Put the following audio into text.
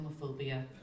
homophobia